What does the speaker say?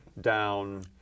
down